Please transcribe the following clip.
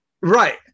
Right